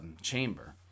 chamber